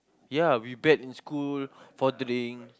ya we bet in school for drink